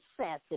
sassy